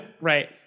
Right